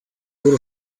good